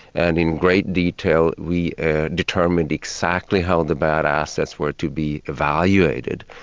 and in great detail we determined exactly how the bad assets were to be evaluated.